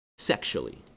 sexually